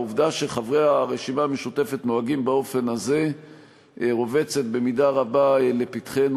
העובדה שחברי הרשימה המשותפת נוהגים באופן הזה רובצת במידה רבה לפתחנו.